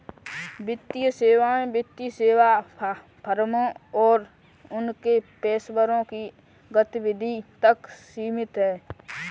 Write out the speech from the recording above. वित्तीय सेवाएं वित्तीय सेवा फर्मों और उनके पेशेवरों की गतिविधि तक सीमित हैं